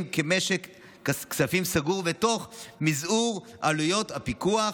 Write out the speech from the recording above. כמשק כספים סגור ותוך מזעור עלויות הפיקוח,